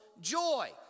joy